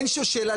אין שום שאלה,